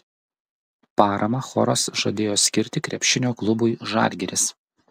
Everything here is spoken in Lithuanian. paramą choras žadėjo skirti krepšinio klubui žalgiris